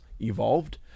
evolved